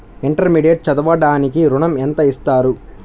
Intermediate చదవడానికి ఋణం ఎంత ఇస్తారు?